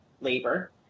labor